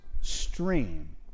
stream